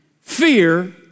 fear